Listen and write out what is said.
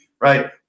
Right